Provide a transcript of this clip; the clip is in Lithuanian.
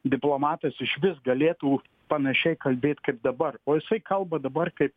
diplomatas išvis galėtų panašiai kalbėt kaip dabar o jisai kalba dabar kaip